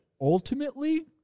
ultimately